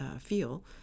feel